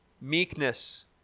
meekness